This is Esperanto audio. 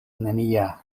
nenia